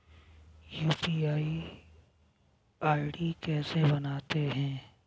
UPI ID कैसे बनाते हैं?